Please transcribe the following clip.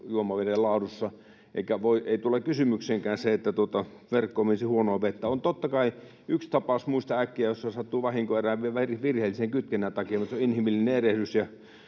juomaveden laadussa, eikä tule kysymykseenkään se, että verkkoon menisi huonoa vettä. On totta kai yksi tapaus — muistan äkkiä — jossa sattui vahinko erään virheellisen kytkennän takia, mutta se on inhimillinen erehdys,